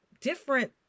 different